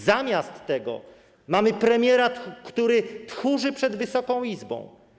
Zamiast tego mamy premiera, który tchórzy przed Wysoką Izbą.